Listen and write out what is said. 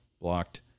blocked